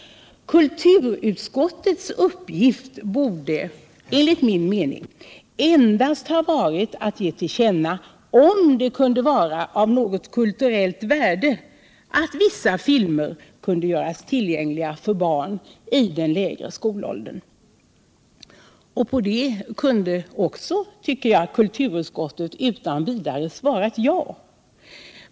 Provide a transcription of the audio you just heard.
Kulturutskottets uppgift borde enligt min mening endast ha varit att ge till känna om det kunde vara av något kulturellt värde att vissa filmer gjordes tillgängliga för barn i den lägre skolåldern. På det kunde kulturutskottet, tycker jag, utan vidare ha svarat ja.